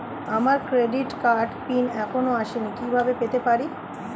আমার ক্রেডিট কার্ডের পিন এখনো আসেনি কিভাবে পেতে পারি?